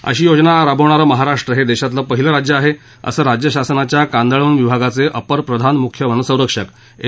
अशी योजना राबवणारं महाराष्ट्र हे देशातील पहिलं राज्य आहे असं राज्य शासनाच्या कांदळवन विभागाचे अप्पर प्रधान मुख्य वनसंरक्षक एन